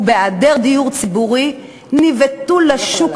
ובהיעדר דיור ציבורי הם נבעטו לשוק